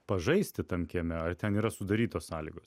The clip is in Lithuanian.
pažaisti tam kieme ar ten yra sudarytos sąlygos